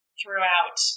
throughout